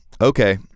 Okay